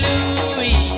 Louis